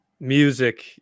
music